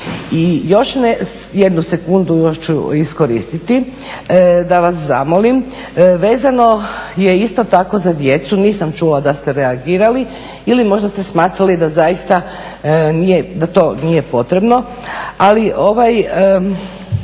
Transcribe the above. ću jednu sekundu iskoristiti da vas zamolim, vezano je isto tako za djecu nisam čula da ste reagirali ili ste možda smatrali da zaista nije potrebno. Ali po